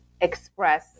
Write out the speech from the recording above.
express